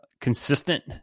consistent